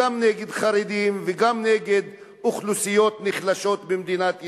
גם נגד חרדים וגם נגד אוכלוסיות חלשות במדינת ישראל.